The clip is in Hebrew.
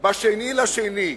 ב-2 בפברואר,